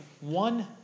one